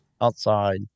outside